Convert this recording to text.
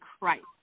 Christ